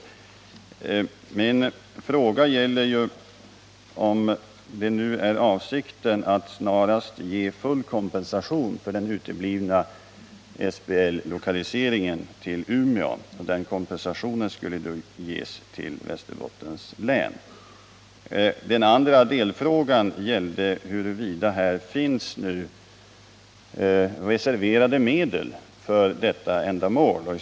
Men min ena fråga gällde om avsikten är att ge Västerbottens län full kompensation för den uteblivna lokaliseringen av SBL till Umeå. Min andra delfråga gällde om medel finns reserverade för detta ändamål.